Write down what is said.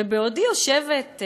ובעודי יושבת,